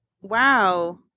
Wow